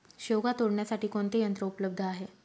शेवगा तोडण्यासाठी कोणते यंत्र उपलब्ध आहे?